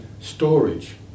storage